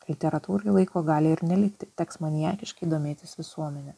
literatūrai laiko gali ir nelikti teks maniakiškai domėtis visuomene